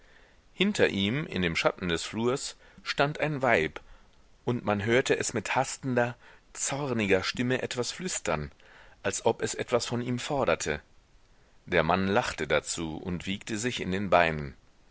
hinter ihm in dem schatten des flurs stand ein weib und man hörte es mit hastender zorniger stimme etwas flüstern so als ob es etwas von ihm forderte der mann lachte dazu und wiegte sich in den beinen